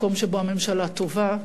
מקום שבו הממשלה טובה,